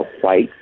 white